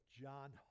John